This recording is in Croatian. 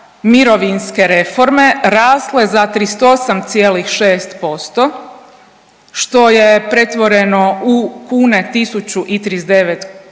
mirovinske reforme, rasle za 38,6%, što je pretvoreno u kune 1.039 kuna,